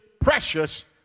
precious